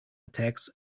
attacks